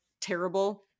terrible